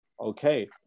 Okay